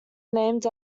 named